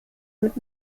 mit